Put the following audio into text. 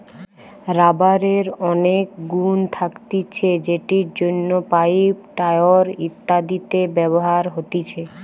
রাবারের অনেক গুন্ থাকতিছে যেটির জন্য পাইপ, টায়র ইত্যাদিতে ব্যবহার হতিছে